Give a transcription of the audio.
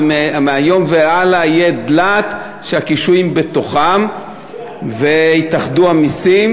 ומהיום והלאה יהיה דלעות שהקישואים בתוכם ויתאחדו המסים,